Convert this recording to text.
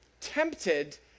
tempted